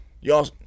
Y'all